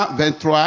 23